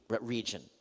region